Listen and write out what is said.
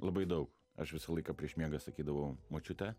labai daug aš visą laiką prieš miegą sakydavau močiute